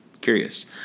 Curious